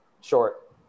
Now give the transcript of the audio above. short